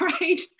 right